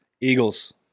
Eagles